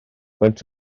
faint